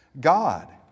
God